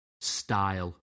style